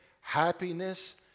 happiness